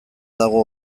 dago